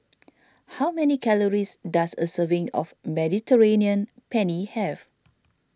how many calories does a serving of Mediterranean Penne have